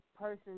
person